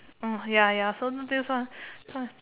uh ya ya so not this one fine